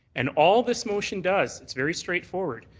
and all this motion does, it's very straight forward,